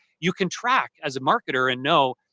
you can track as a marketer and know,